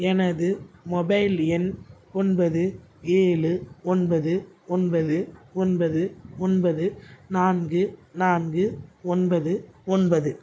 எனது மொபைல் எண் ஒன்பது ஏழு ஒன்பது ஒன்பது ஒன்பது ஒன்பது நான்கு நான்கு ஒன்பது ஒன்பது